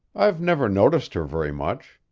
i've never noticed her very much.